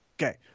Okay